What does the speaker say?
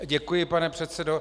Děkuji, pane předsedo.